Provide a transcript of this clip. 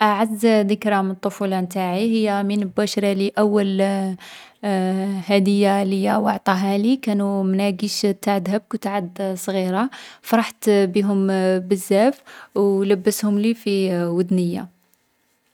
أعز ذكرى من الطفولة تاعي هي من با شرالي أول هدية ليا و عطاهالي. كانو مناقيش نتاع ذهب كنت عاد صغيرة. فرحت بيهم بزاف و لبسهم لي في وذنيا.